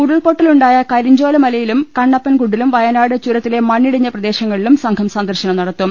ഉരുൾപൊട്ടൽ ഉണ്ടായ കരിഞ്ചോലമലയിലും കണ്ണപ്പൻ കുണ്ടിലും വയ നാട് ചുരത്തിലെ മണ്ണിടിഞ്ഞ പ്രദേശങ്ങളിലും സംഘം സന്ദർശനം നട ത്തും